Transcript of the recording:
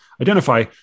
identify